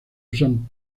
usan